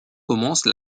commence